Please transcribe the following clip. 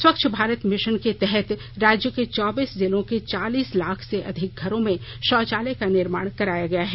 स्वच्छ भारत अभियान के तहत राज्य के चौबीस जिलों के चालीस लाख से अधिक घरों में भाौचालय का निर्माण कराया गया है